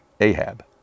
Ahab